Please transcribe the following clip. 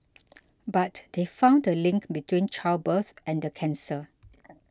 but they found a link between childbirth and the cancer